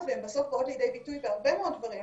והן בסוף באות לידי ביטוי בהרבה מאוד דברים,